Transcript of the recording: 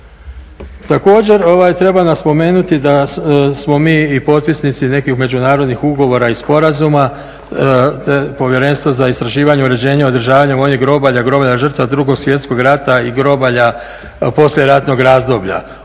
Također, treba spomenuti da smo mi i potpisnici nekih međunarodnih ugovora i sporazuma te Povjerenstva za istraživanje, uređenje, održavanje vojnih grobalja, grobalja žrtva 2. svjetskog rata i grobalja poslijeratnog razdoblja.